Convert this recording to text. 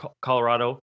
colorado